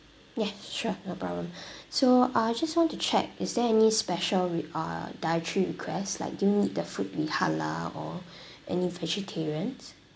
ya sure no problem so I just want to check is there any special re~ uh dietary requests like do you need the food to be halal or any vegetarians